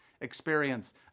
experience